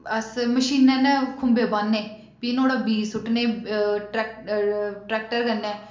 अस मशीनै ने खूंबे बाहन्ने फ्ही नुहाड़ा बीऽ सुट्टने ट्रैक ट्रैक्टर कन्नै